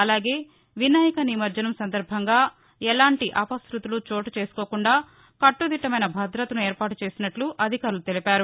అలాగే వినాయక నిమజ్జనం సందర్భంగా ఎలాంటి అపుతుతులు చోటుచేసుకోకుండా కట్టుదిట్టమైన భద్రతను ఏర్పాటు చేసినట్ల అధికారులు తెలిపారు